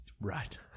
Right